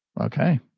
Okay